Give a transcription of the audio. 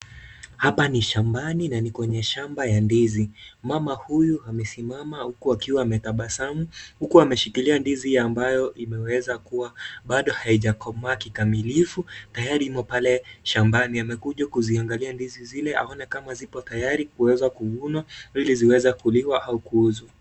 Hapa ni shambani na ni kwenye shamba ya ndizi. Mama huyu amesimama huku akiwa ametabasamu huku ameshikilia ndizi ambayo imeweza kuwa bado haijakomaa kikamilifu tayari imo pale shambani. Amekuja kuziangalia ndizi zile aone kama zipo tayari kuweza kuvunwa ili ziweze kuliwa au kuuzwa